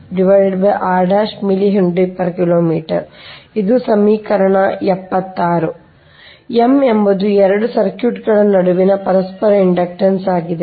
M ಎಂಬುದು 2 circuit ಗಳ ನಡುವಿನ ಪರಸ್ಪರ ಇಂಡಕ್ಟನ್ಸ್ ಆಗಿದೆ